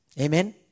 Amen